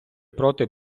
проти